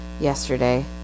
yesterday